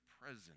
present